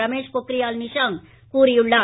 ரமேஷ் பொக்ரியால் நிஷாங்க் கூறியுள்ளார்